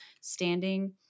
standing